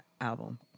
album